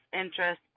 interest